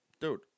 dude